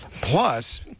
Plus